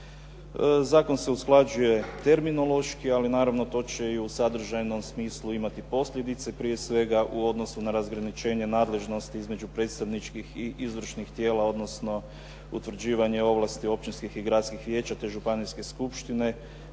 Zakon se usklađuje terminološki ali naravno to će i u sadržajnom smislu imati posljedice, prije svega u odnosu na razgraničenje nadležnosti između predstavničkih i izvršnih tijela odnosno utvrđivanje ovlasti općinskih i gradskih vijeća te županijske skupštine